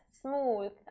smooth